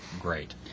great